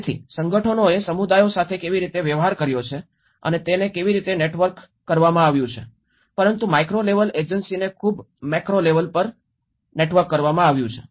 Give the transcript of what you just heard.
તેથી સંગઠનોએ સમુદાયો સાથે કેવી રીતે વ્યવહાર કર્યો છે અને તેને કેવી રીતે નેટવર્ક કરવામાં આવ્યું છે પરંતુ માઇક્રો લેવલ એજન્સીને ખૂબ મેક્રો લેવલ છે